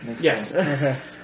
Yes